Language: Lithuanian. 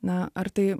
na ar tai